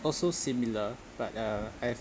also similar but uh I've